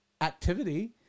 activity